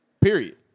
period